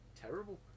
terrible